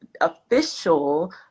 official